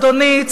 אדוני,